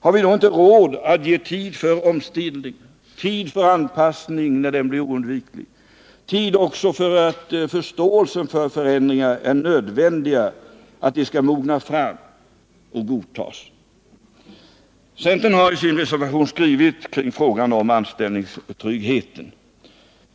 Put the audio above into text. Har vi då inte råd att ge tid för omställning, tid för anpassning när sådan blir oundviklig, tid också för att förståelsen för att förändringar är nödvändiga skall mogna fram och förändringarna godtas? Centern har i sin reservation skrivit kring frågan om anställningstryggheten.